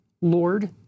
Lord